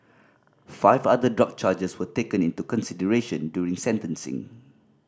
five other drug charges were taken into consideration during sentencing